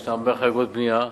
יש הרבה חריגות בנייה.